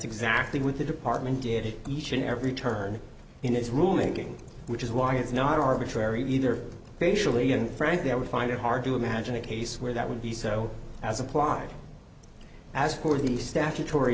exactly what the department did each and every turn in its ruling which is why it's not arbitrary either racially and frankly i would find it hard to imagine a case where that would be so as applied as for the statutory